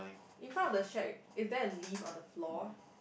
in front of the shack is there a leaf on the floor